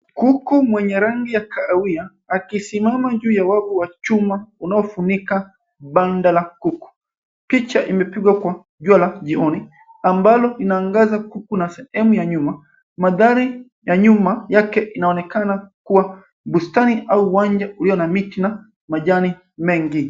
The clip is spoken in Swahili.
Kuku mwenye rangi ya kahawia akisimama juu ya wavu ya chuma unaofunika banda la kuku. Picha imepigwa kwa jua la kijioni ambalo linaangaza kuku na sehemu ya nyuma. Mandhari ya nyuma yake inaonekana kuwa bustani au wanja ulio na miti na majani mengi.